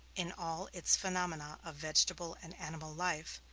in all its phenomena of vegetable and animal life,